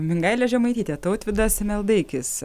mingailė žemaitytė tautvydas meldaikis